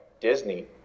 disney